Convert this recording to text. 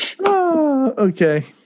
Okay